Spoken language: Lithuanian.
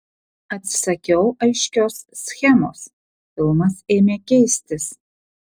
atsisakiau aiškios schemos filmas ėmė keistis